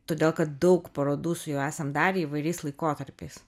todėl kad daug parodų su juo esam davė įvairiais laikotarpiais